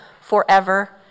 forever